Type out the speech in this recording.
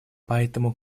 поэтому